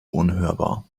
unhörbar